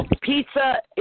Pizza